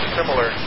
similar